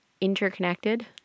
interconnected